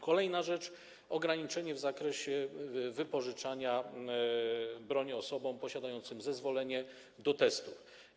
Kolejna rzecz - ograniczenie w zakresie wypożyczania broni osobom posiadającym zezwolenie do testów.